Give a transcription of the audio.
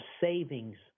savings